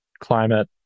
climate